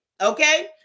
okay